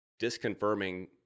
disconfirming